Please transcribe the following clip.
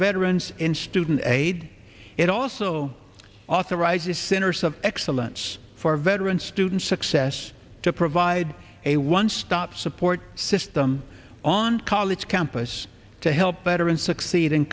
veterans in student aid it also authorizes centers of excellence for veteran students success to provide a one stop support system on college campus to help veterans succeed in